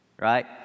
Right